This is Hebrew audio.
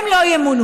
הם לא ימונו.